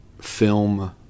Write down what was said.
film